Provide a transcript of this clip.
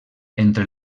entre